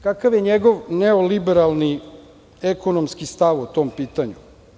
Kakav je njegov neoliberalni, ekonomski stav po tom pitanju?